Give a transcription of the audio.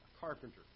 Carpenter